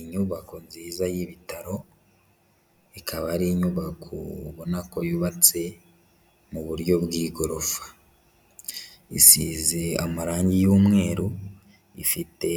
inyubako nziza y'ibitaro ikaba ari inyubako ubonako yubatse mu buryo bw'igorofa, isize amarangi y'umweru ifite